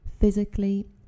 physically